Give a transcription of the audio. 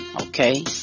Okay